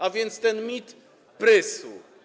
A więc ten mit prysł.